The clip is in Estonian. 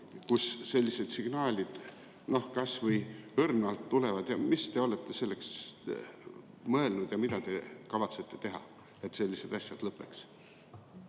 kust sellised signaalid kas või õrnalt tulevad. Mida te olete sellest mõelnud ja mida te kavatsete teha, et sellised asjad lõpeks?